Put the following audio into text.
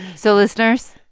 so, listeners,